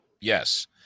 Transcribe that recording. Yes